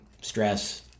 stress